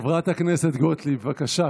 חברת הכנסת גוטליב, בבקשה.